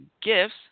gifts